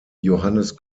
johannes